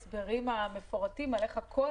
שמענו את ההסברים המפורטים איך הכול